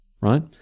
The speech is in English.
right